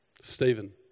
Stephen